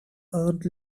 aunt